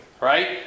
right